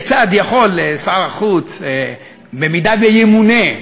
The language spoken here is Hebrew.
כיצד יכול שר החוץ, אם ימונה,